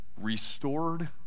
restored